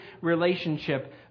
relationship